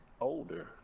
older